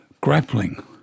grappling